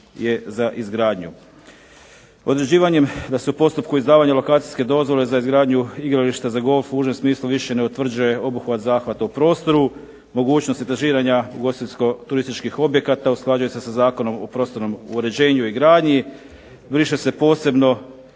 je za izgradnju. Određivanjem da se u postupku izdavanja lokacijske dozvole za izgradnju igrališta za golf u užem smislu više ne utvrđuje obuhvat zahvata o prostoru, mogućnost etažiranja ugostiteljsko-turističkih objekata usklađuje se sa Zakonom o prostornom uređenju i gradnji. Briše se posebno